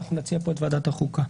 אנחנו נציע פה את ועדת החוקה.